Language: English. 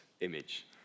image